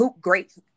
great